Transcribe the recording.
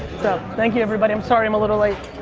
thank you everybody, i'm sorry i'm a little late.